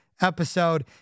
episode